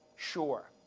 sure.